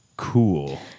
Cool